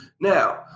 Now